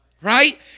Right